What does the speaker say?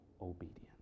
obedience